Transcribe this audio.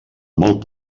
molt